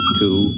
two